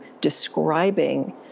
describing